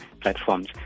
platforms